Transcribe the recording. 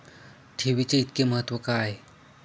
ठेवीचे इतके महत्व का आहे?